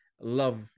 Love